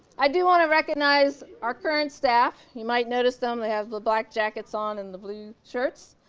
i do want to recognize our current staff. you might notice them. they have the black jackets on and the blue shirts.